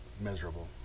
miserable